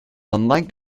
unlike